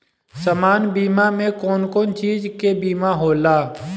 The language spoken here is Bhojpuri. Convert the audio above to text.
सामान्य बीमा में कवन कवन चीज के बीमा होला?